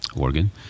organ